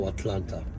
Atlanta